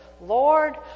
Lord